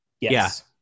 yes